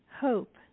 hope